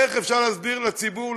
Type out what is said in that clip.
איך אפשר להסביר לציבור,